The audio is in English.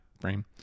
frame